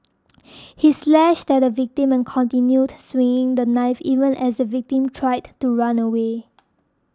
he slashed at the victim and continued swinging the knife even as the victim tried to run away